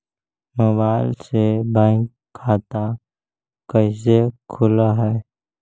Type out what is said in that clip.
Mobile से bank खाता कैसे खुल है?